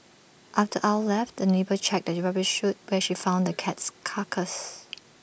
after Ow left the neighbour checked the rubbish chute where she found the cat's carcass